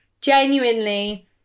genuinely